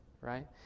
right